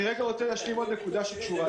אני רוצה להשלים עוד נקודה שקשורה לעניין.